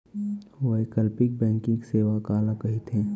वैकल्पिक बैंकिंग सेवा काला कहिथे?